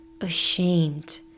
ashamed